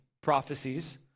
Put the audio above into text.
prophecies